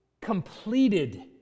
Completed